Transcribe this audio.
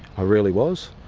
i really was.